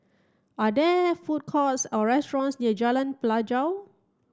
are there food courts or restaurants near Jalan Pelajau